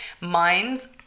minds